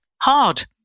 Hard